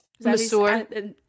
masseur